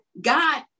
God